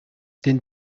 denn